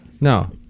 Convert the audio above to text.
No